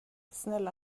snälla